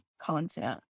content